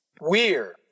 Weird